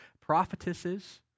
prophetesses